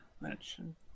mention